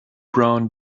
brown